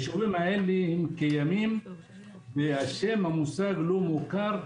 היישובים האלה הם קיימים והמשמעות של המושג "לא מוכר"